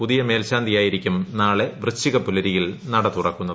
പുതിയ മേൽശാന്തിയായിരിക്കും നാളെ വൃശ്ചികപുലരിയിൽ നട തുറക്കുന്നത്